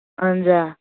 اَہن حظ آ